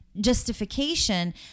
justification